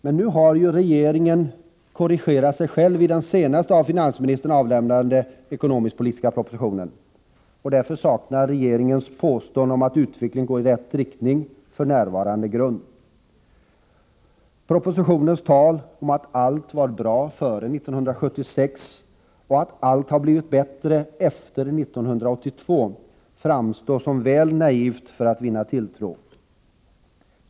Men nu har regeringen korrigerat sig själv i den senaste av finansministern avlämnade ekonomisk-politiska propositionen. Därför saknar regeringens påstående att utvecklingen går i rätt riktning för närvarande grund. Propositionens tal om att allt var bra före 1976 och att allt har blivit bättre efter 1982 framstår som väl naivt för att vinna tilltro.